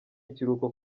ikiruhuko